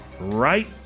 right